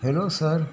hello sir